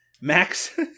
Max